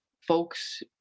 folks